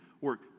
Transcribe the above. work